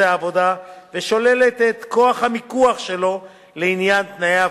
העבודה ושוללת את כוח המיקוח שלו לעניין תנאי העבודה.